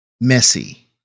messy